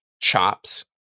chops